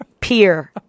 peer